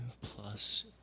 plus